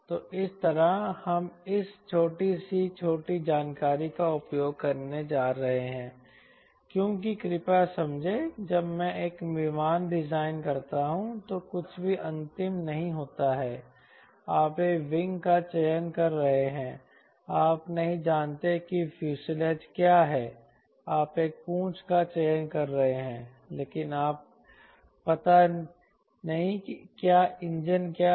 तो इस तरह हम इस छोटी सी छोटी जानकारी का उपयोग करने जा रहे हैं क्योंकि कृपया समझें जब मैं एक विमान डिजाइन करता हूं तो कुछ भी अंतिम नहीं होता है आप एक विंग का चयन कर रहे हैं आप नहीं जानते कि फ्यूजलेज क्या है आप एक पूंछ का चयन कर रहे हैं लेकिन आप पता नहीं क्या इंजन है